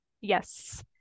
yes